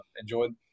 enjoyed